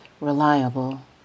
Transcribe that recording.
reliable